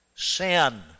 sin